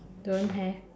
don't have